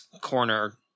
Corner